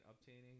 obtaining